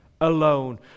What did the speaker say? alone